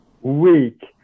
week